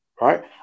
right